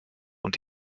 und